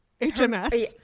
HMS